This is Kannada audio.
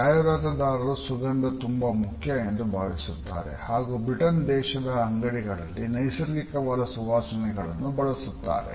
ಜಾಹೀರಾತುದಾರರು ಸುಗಂಧ ತುಂಬಾ ಮುಖ್ಯ ಎಂದು ಭಾವಿಸುತ್ತಾರೆ ಹಾಗು ಬ್ರಿಟನ್ ದೇಶದ ಅಂಗಂಡಿಗಳಲ್ಲಿ ನೈಸರ್ಗಿಕವಾದ ಸುವಾಸನೆಗಳನ್ನು ಬಳಸುತ್ತಾರೆ